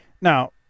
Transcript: Now